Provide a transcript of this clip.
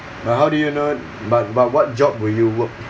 but how do you know but but what job will you work